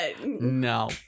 no